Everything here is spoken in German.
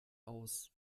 aus